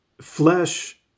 Flesh